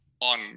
on